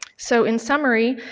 so, in summary,